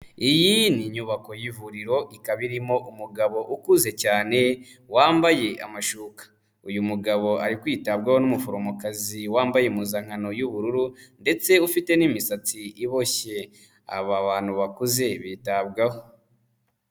Iyi ni inyubako y'ivuriro ikaba irimo umugabo ukuze cyane wambaye amashuka. Uyu mugabo ari kwitabwaho n'umuforomokazi wambaye impuzankano y'ubururu ndetse ufite n'imisatsi iboshye, aba bantu bakuze bitabwaho.